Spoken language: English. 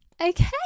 okay